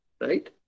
right